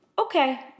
Okay